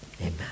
amen